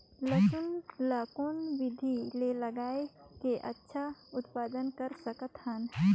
लसुन ल कौन विधि मे लगाय के अच्छा उत्पादन कर सकत हन?